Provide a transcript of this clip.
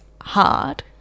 hard